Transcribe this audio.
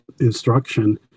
instruction